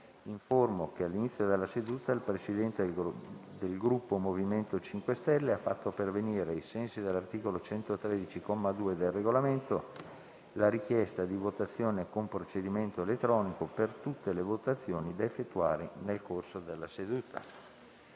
che all'inizio della seduta il Presidente del Gruppo MoVimento 5 Stelle ha fatto pervenire, ai sensi dell'articolo 113, comma 2, del Regolamento, la richiesta di votazione con procedimento elettronico per tutte le votazioni da effettuare nel corso della seduta.